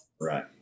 Right